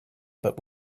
but